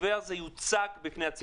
המתווה הזה יוצג בפני הציבור.